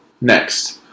next